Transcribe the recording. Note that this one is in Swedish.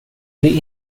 bli